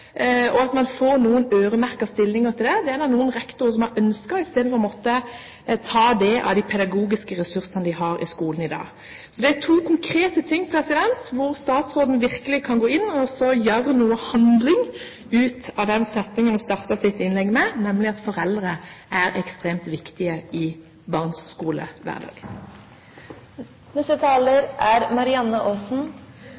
Det er det noen rektorer som har ønsket i stedet for å måtte ta det av de pedagogiske ressursene de har i skolen i dag. Dette er to konkrete ting hvor statsråden virkelig kan gå inn og få til handling ut av den setningen hun hadde i sitt innlegg, nemlig at foreldre er ekstremt viktige i